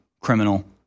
criminal